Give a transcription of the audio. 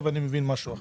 פתאום אני מבין משהו אחר.